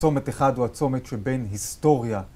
צומת אחד הוא הצומת שבין היסטוריה.